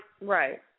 Right